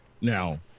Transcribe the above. Now